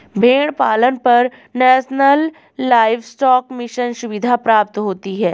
भेड़ पालन पर नेशनल लाइवस्टोक मिशन सुविधा प्राप्त होती है